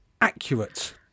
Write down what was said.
accurate